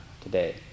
today